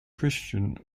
christian